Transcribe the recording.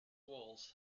walls